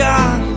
God